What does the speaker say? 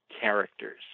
characters